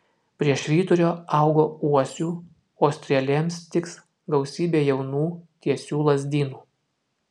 prie švyturio augo uosių o strėlėms tiks gausybė jaunų tiesių lazdynų